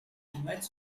invites